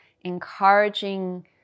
encouraging